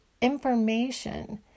information